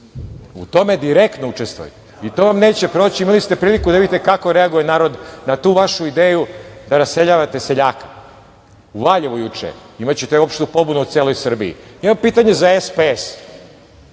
U tome direktno učestvujete i to vam neće proći. Imali ste priliku da vidite kako reaguje narod na tu vašu ideju da raseljavate seljaka u Valjevu juče. Imaćete opštu pobunu u celoj Srbiji. Imam pitanje za SPS.